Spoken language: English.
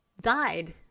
died